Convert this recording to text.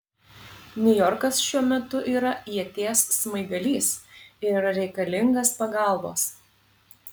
niujorkas šiuo metu yra ieties smaigalys ir yra reikalingas pagalbos